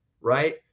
right